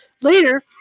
Later